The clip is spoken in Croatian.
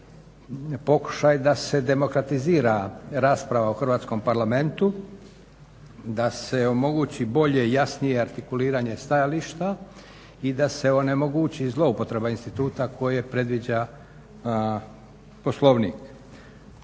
pokušaj da se demokratizira rasprava u Hrvatskom parlamentu, da se omogući bolje i jasnije artikuliranje stajališta i da se onemogući zloupotreba instituta koje predviđa Poslovnik.